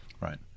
Right